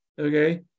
okay